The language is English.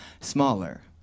smaller